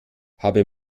habe